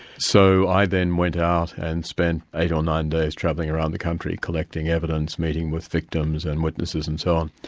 so i then went out and spent eight or nine days travelling around the country, collecting evidence, meeting with victims and witnesses and so on,